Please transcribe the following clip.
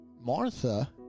Martha